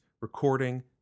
recording